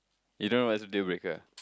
you don't know what is deal breaker